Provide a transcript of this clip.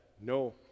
no